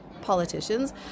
politicians